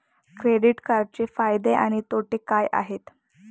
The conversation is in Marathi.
क्रेडिट कार्डचे फायदे आणि तोटे काय आहेत?